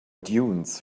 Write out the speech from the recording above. dunes